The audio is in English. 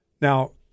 Now